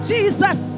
Jesus